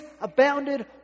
abounded